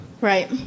Right